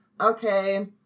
okay